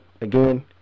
again